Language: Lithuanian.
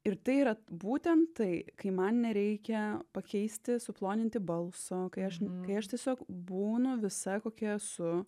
ir tai yra būtent tai kai man nereikia pakeisti suploninti balso kai aš kai aš tiesiog būnu visa kokia esu